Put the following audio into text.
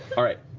all right.